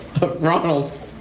Ronald